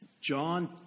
John